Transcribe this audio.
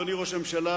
אדוני ראש הממשלה,